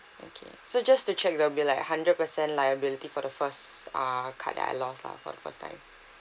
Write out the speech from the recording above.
okay so just to check there'll be like a hundred percent liability for the first uh card that I lost lah for the first time